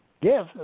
Yes